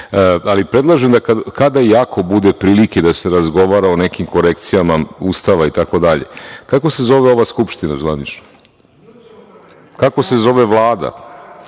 ali predlažem da kada i ako bude prilike da se razgovara o nekim korekcijama Ustava i tako dalje, kako se zove ova Skupština zvanično, kako se zove Vlada?